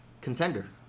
contender